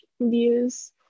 views